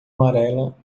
amarela